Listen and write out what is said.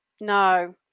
no